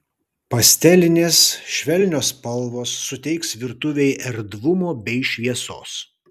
pastelinės švelnios spalvos suteiks virtuvei erdvumo bei šviesos